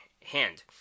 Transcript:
hand